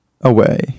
away